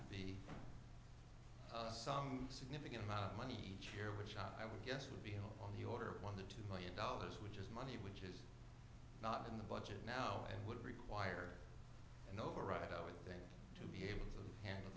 to be some significant amount of money each year which i would guess would be on the order of one to two million dollars which is money which is not in the budget now and would require an override over the going to be able to handle